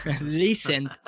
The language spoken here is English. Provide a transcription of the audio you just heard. listen